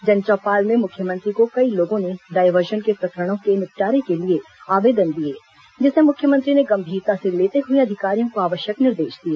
जन चौपाल में मुख्यमंत्री को कई लोगों ने डायवर्सन के प्रकरणों के निपटारें के लिए आवेदन दिए जिसे मुख्यमंत्री ने गंभीरता से लेते हुए अधिकारियों को आवश्यक निर्देश दिए